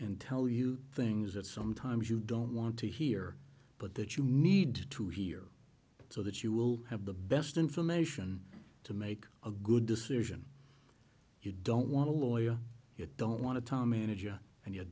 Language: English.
and tell you things that sometimes you don't want to hear but that you need to hear so that you will have the best information to make a good decision you don't want to layer it don't want to time energy and you